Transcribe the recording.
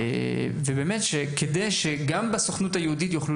כל זה כדי שגם בסוכנות היהודית יוכלו